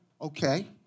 Okay